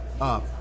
up